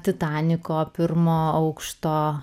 titaniko pirmo aukšto